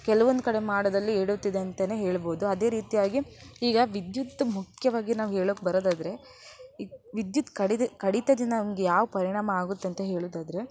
ಕೆಲವೊಂದು ಕಡೆ ಮಾಡೋದರಲ್ಲಿ ಎಡವ್ತಿದೆ ಅಂತಲೇ ಹೇಳ್ಬಹುದು ಅದೇ ರೀತಿಯಾಗಿ ಈಗ ವಿದ್ಯುತ್ ಮುಖ್ಯವಾಗಿ ನಾವು ಹೇಳೋಕ್ ಬರೋದಾದರೆ ವಿದ್ಯುತ್ ಕಡಿದೆ ಕಡಿತದಿಂದ ನಮ್ಗೆ ಯಾವ ಪರಿಣಾಮ ಆಗುತ್ತಂತ ಹೇಳೋದಾದರೆ